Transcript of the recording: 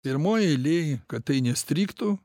pirmoj eilėj kad tai nestrigtų